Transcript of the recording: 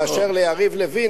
ואשר ליריב לוין,